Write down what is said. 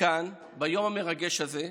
כאן ביום המרגש הזה,